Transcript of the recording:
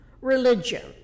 religion